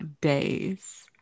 days